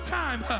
time